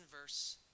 verse